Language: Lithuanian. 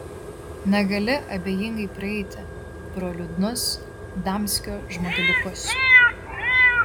negali abejingai praeiti pro liūdnus damskio žmogeliukus